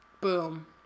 boom